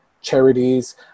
charities